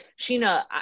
Sheena